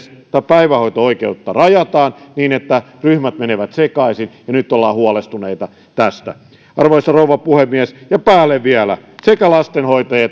päivähoito oikeutta rajataan niin että ryhmät menevät sekaisin ja nyt ollaan huolestuneita tästä arvoisa rouva puhemies ja päälle vielä sekä lastenhoitajien